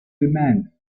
demand